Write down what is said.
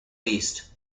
least